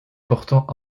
portant